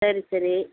சரி சரி